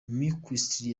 mckinstry